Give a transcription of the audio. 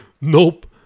Nope